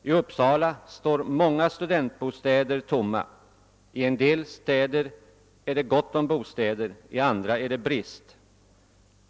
I Uppsala står många studentbostäder tomma. I en del städer är det gott om bostäder, i andra råder det brist.